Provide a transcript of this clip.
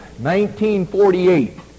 1948